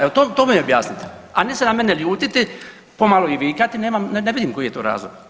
Evo, to mi objasnite, a ne se na mene ljutiti, pomalo i vikati, ne vidim koji je to razlog.